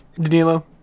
Danilo